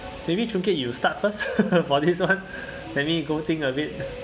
maybe choon kiat you start first about this one let me go think of it